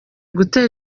gutera